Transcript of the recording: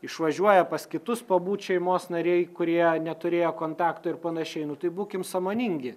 išvažiuoja pas kitus pabūt šeimos nariai kurie neturėjo kontakto ir panašiai nu tai būkim sąmoningi